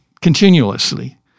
continuously